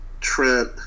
Trent